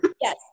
Yes